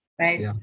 Right